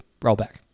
rollback